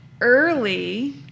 early